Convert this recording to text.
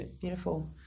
beautiful